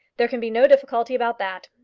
there can be no difficulty about that.